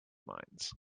mines